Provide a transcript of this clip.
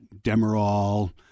Demerol